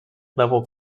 level